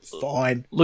fine